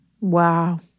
Wow